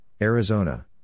Arizona